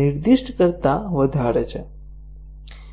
નિર્દિષ્ટ કરતા વધારે છે